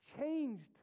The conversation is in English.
changed